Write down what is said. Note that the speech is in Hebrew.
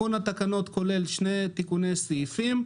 תיקון התקנות כולל שני תיקוני סעיפים.